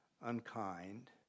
unkind